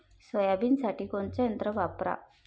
सोयाबीनसाठी कोनचं यंत्र वापरा?